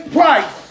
Price